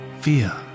fear